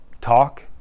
talk